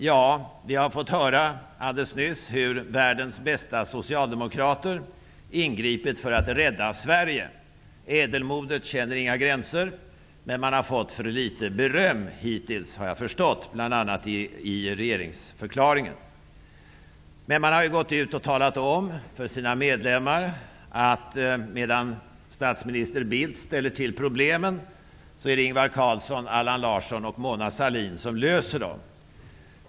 Ja, vi har alldeles nyss fått höra hur världens bästa socialdemokrater ingripit för att rädda Sverige; ädelmodet känner inga gränser. Men man har hittills fått för litet beröm, har jag förstått, bl.a. i regeringsförklaringen. Socialdemokraterna har gått ut och talat om för sina medlemmar, att medan statsminister Carl Bildt ställer till problemen är det Ingvar Carlsson, Allan Larsson och Mona Sahlin som löser dem.